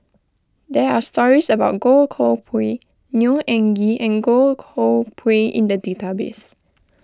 there are stories about Goh Koh Pui Neo Anngee in Goh Koh Pui in the database